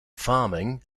farming